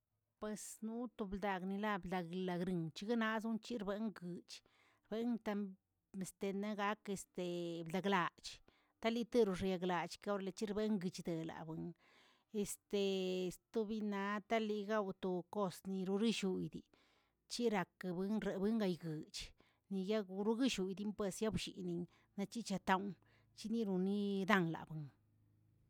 Pues noto bdagnilablagni la grigw chiguinazə unchirbaꞌa nguich, mtam este na gak este daglach, ka li tero xiaglach gawirlcherng xigꞌdelachwen, este tobinata ligawꞌ to kost nirurishuydə, chirakrewin rewin gayguewch niyaguruyillweꞌ dimpuest yablliniꞌ lachichatawn chirinoli danlawengə.